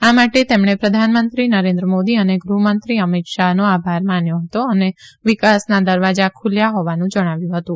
આ માટે તેમણે પ્રધાનમંત્રી નરેન્દ્ર મોદી અને ગૃહ મંત્રી અમિત શાહનો આભાર માન્યો હતો અને વિકાસના દરવાજા ખુલ્યા હોવાનું જણાવ્યું હતું